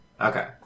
Okay